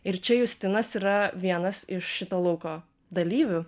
ir čia justinas yra vienas iš šito lauko dalyvių